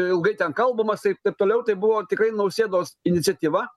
ilgai ten kalbamas taip taip toliau tai buvo tikrai nausėdos iniciatyva